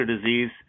disease